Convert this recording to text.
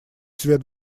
свет